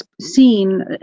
seen